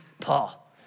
Paul